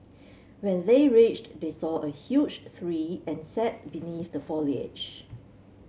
when they reached they saw a huge tree and sat beneath the foliage